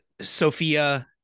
Sophia